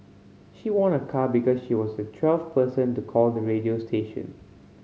she won a car because she was the twelfth person to call the radio station